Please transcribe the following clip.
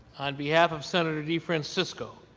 on behalf of senator defrancisco,